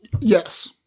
Yes